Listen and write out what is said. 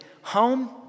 home